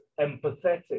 empathetic